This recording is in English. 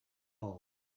hole